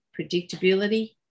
predictability